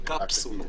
בקפסולות,